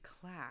class